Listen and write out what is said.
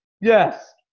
Yes